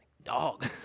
dog